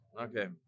Okay